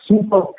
super